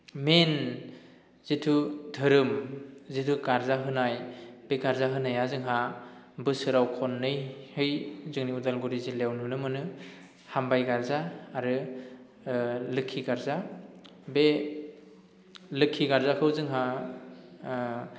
मेइन जितु धोरोम जितु गार्जा होनाय बे गार्जा होनाया जोंहा बोसोराव खननैहै जोङो उदालगुरि जिल्लायाव नुनो मोनो हामबाय गार्जा आरो लोखि गार्जा बे लोखि गार्जाखौ जोंहा